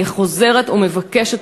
אני חוזרת ומבקשת,